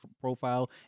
profile